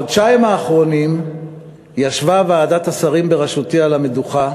בחודשיים האחרונים ישבה ועדת השרים בראשותי על המדוכה,